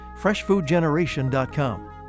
Freshfoodgeneration.com